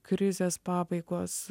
krizės pabaigos